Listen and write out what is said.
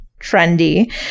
trendy